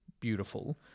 beautiful